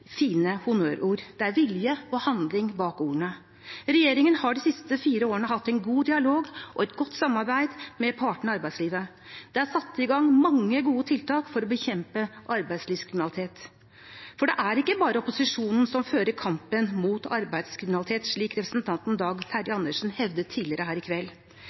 fine honnørord, det er vilje og handling bak ordene. Regjeringen har de siste fire årene hatt en god dialog og et godt samarbeid med partene i arbeidslivet. Det er satt i gang mange gode tiltak for å bekjempe arbeidslivskriminalitet. For det er ikke bare opposisjonen som fører kampen mot arbeidslivskriminalitet, slik representanten Dag Terje Andersen hevdet tidligere her i kveld.